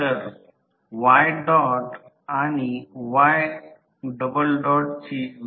तर हा प्रवाह I आहे I0 जो भार नसताना चा प्रवाह आहे